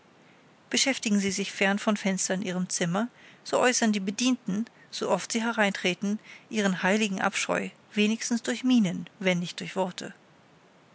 beschäftigen sie sich fern vom fenster in ihrem zimmer so äußern die bedienten so oft sie hereintreten ihren heiligen abscheu wenigstens durch mienen wenn nicht durch worte